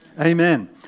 Amen